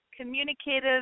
communicative